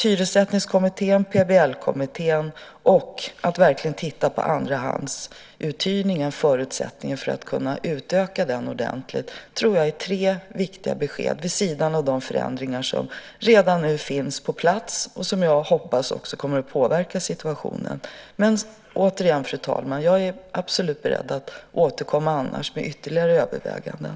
Hyressättningskommitténs och PBL-kommitténs pågående arbeten samt att verkligen se över förutsättningarna för att kunna utöka andrahandsuthyrningen ordentligt tror jag är tre viktiga besked, vid sidan av de förändringar som redan är på plats, som jag hoppas också kommer att påverka situationen. Men återigen, fru talman: Jag är absolut beredd att i annat fall återkomma med ytterligare överväganden.